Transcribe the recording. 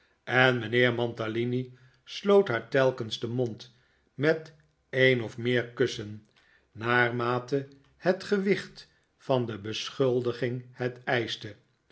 en mijnheer mantalini sloot haar telkens den mond met een of meer kussen naarmate het gewicht van de beschuldiging het eischte